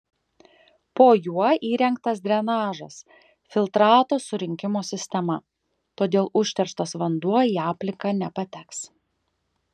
po juo įrengtas drenažas filtrato surinkimo sistema todėl užterštas vanduo į aplinką nepateks